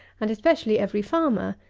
and especially every farmer,